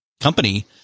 company